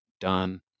done